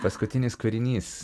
paskutinis kūrinys